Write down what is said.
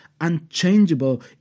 Unchangeable